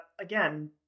again